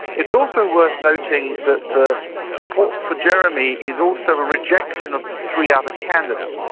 it's also worth noting that the support for jeremy is also a rejection of the three other candidates,